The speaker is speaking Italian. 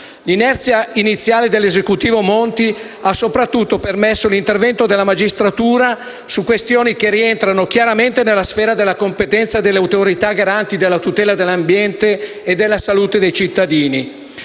L'inerzia iniziale dell'Esecutivo Monti ha soprattutto permesso l'intervento della magistratura su questioni che rientrano chiaramente nella sfera della competenza delle autorità garanti della tutela dell'ambiente e della salute dei cittadini.